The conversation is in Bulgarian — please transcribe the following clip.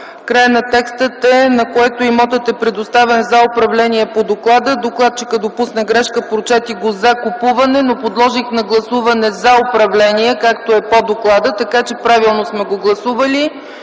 краят на текста е: „на което имотът е предоставен за управление” по доклада. Докладчикът допусна грешка, прочете го „за закупуване”. Аз подложих на гласуване „за управление”, както е по доклада. Правилно сме го гласували.